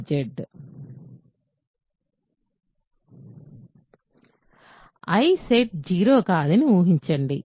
I set zero కాదని ఊహించండి